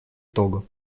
того